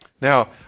Now